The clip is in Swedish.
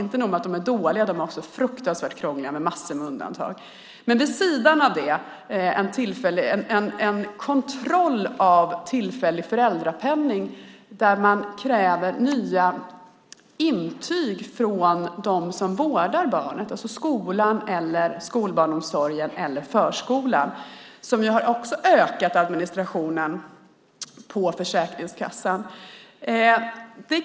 Inte nog med att reglerna är dåliga, de är också fruktansvärt krångliga med massor av undantag. Vid sidan av detta har vi en kontroll av tillfällig föräldrapenning, där man kräver nya intyg från skolan, skolbarnsomsorgen eller förskolan. Detta har också ökat administrationen på Försäkringskassan.